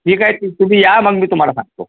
ठीक आहे तुम्ही या मग मी तुम्हाला सांगतो